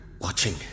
watching